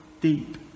deep